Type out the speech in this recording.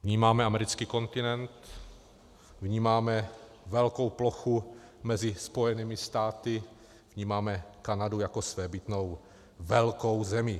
Vnímáme americký kontinent, vnímáme velkou plochu mezi Spojenými státy, vnímáme Kanadu jako svébytnou velkou zemi.